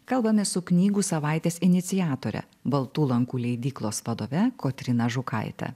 kalbamės su knygų savaitės iniciatore baltų lankų leidyklos vadove kotryna žukaite